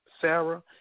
Sarah